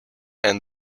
and